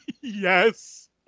Yes